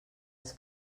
als